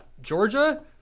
Georgia